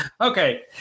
Okay